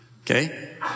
Okay